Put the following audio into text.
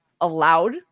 allowed